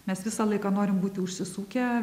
mes visą laiką norim būti užsisukę